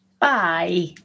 Bye